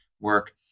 work